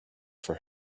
for